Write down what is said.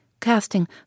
casting